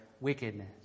wickedness